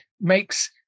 makes